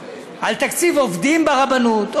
בתקציב עובדים ברבנות,